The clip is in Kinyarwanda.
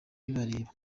bibareba